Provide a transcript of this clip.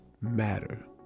matter